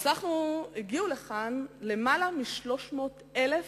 הגיעו לכאן למעלה מ-300,000